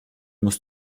muss